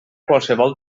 qualsevol